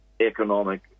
economic